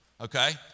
okay